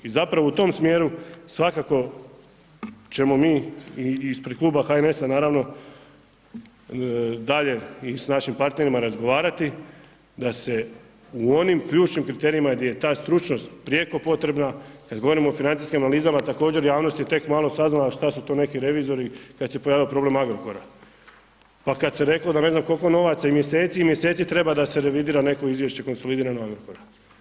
I zapravo u tom smjeru svakako ćemo mi i ispred Kluba HNS-a naravno dalje i s našim partnerima razgovarati, da se u onim ključnim kriterijima gdje je ta stručnost prijeko potrebna kad govorimo o financijskim analizama također javnost je malo saznala što su to neki revizori kad se pojavio problem Agrokora, pa kad se reklo da ne znam koliko novaca i mjeseci i mjeseci treba da se revidira neko izvješće konsolidirano Agrokora.